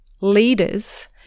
leaders